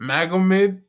Magomed